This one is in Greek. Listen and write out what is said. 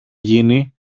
γίνει